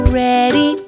ready